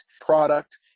product